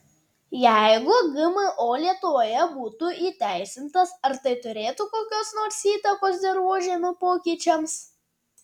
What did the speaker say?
jeigu gmo lietuvoje būtų įteisintas ar tai turėtų kokios nors įtakos dirvožemio pokyčiams